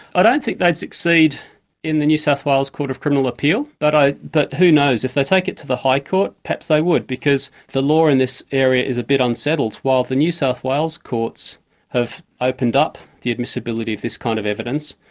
ah don't think they'd succeed in the new south wales court of criminal appeal, but but who knows, if they take it to the high court perhaps they would, because the law in this area is a bit unsettled while the new south wales courts have opened up the admissibility of this kind of evidence,